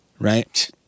right